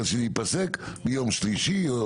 אלא שייפסק מיום שלישי.